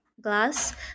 glass